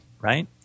Right